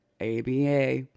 ABA